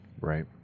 Right